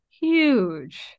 huge